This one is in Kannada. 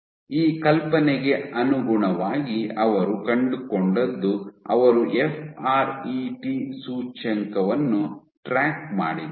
ಈ ಕಲ್ಪನೆಗೆ ಅನುಗುಣವಾಗಿ ಅವರು ಕಂಡುಕೊಂಡದ್ದು ಅವರು ಎಫ್ ಆರ್ ಇ ಟಿ ಸೂಚ್ಯಂಕವನ್ನು ಟ್ರ್ಯಾಕ್ ಮಾಡಿದಾಗ